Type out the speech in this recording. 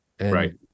Right